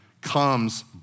comes